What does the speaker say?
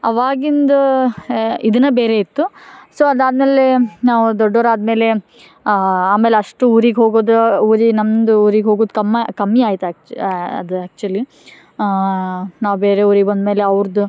ಆವಾಗಿಂದು ಇದೇನೆ ಬೇರೆ ಇತ್ತು ಸೊ ಅದಾದ್ಮೇಲೆ ನಾವು ದೊಡ್ಡೋರು ಆದ್ಮೇಲೆ ಆಮೇಲೆ ಅಷ್ಟು ಊರಿಗೆ ಹೋಗೋದು ಊರೀ ನಮ್ದು ಊರಿಗೆ ಹೋಗೋದು ಕಮ್ಮಿ ಕಮ್ಮಿ ಆಯ್ತು ಆ್ಯಕ್ಚು ಅದು ಆ್ಯಕ್ಚುಲಿ ನಾವು ಬೇರೆ ಊರಿಗೆ ಬಂದ್ಮೇಲೆ ಅವ್ರದ್ದು